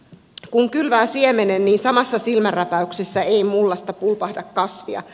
kun kylvää siemenen niin samassa silmänräpäyksessä ei mullasta pulpahda kasvia